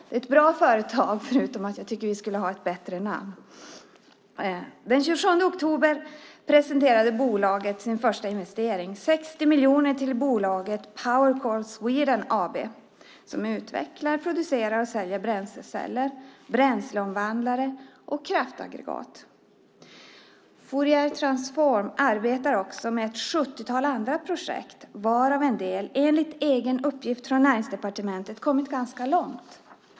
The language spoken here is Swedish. Det är ett bra företag förutom att jag tycker att det skulle ha ett bättre namn. Den 27 oktober presenterade bolaget sin första investering som bestod av 60 miljoner till bolaget Powercell Sweden AB som utvecklar, producerar och säljer bränsleceller, bränsleomvandlare och kraftaggregat. Fouriertransform arbetar också med ett sjuttiotal andra projekt varav en del enligt uppgift från Näringsdepartementet har kommit ganska långt.